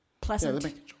pleasant